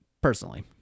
Personally